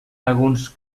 alguns